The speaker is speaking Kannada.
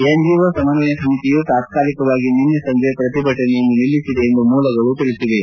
ಎನ್ಜಿಒ ಸಮನ್ವಯ ಸಮಿತಿಯು ತಾಕ್ಕಲಿಕವಾಗಿ ನಿನ್ನೆ ಸಂಜೆ ಪ್ರತಿಭಟನೆಯನ್ನು ನಿಲ್ಲಿಸಿದೆ ಎಂದು ಮೂಲಗಳು ತಿಳಿಸಿವೆ